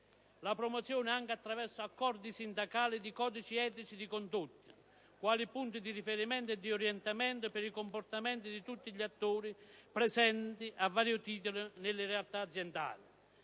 la promozione, anche attraverso accordi sindacali, di codici etici di condotta quali punti di riferimento e di orientamento per i comportamenti di tutti gli attori presenti a vario titolo nella realtà aziendale;